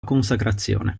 consacrazione